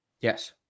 Yes